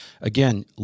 Again